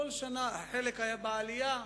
חלק היה לעלייה.